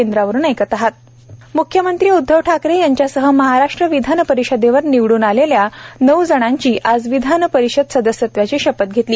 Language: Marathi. म्ख्यमंत्री उद्वव ठाकरे यांच्यासह महाराष्ट्र विधान परिषदेवर निवडून आलेल्या नऊ जणांनी आज विधान परिषद सदस्यत्वाची शपथ घेतली